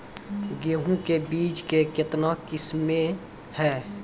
गेहूँ के बीज के कितने किसमें है?